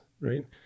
right